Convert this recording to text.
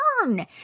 turn